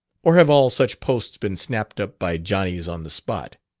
or have all such posts been snapped up by johnnys-on-the-spot?